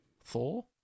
Thor